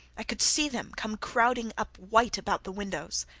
i could see them come crowding up white about the windows.